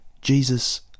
Jesus